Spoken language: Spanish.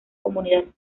comunidad